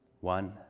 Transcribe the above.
One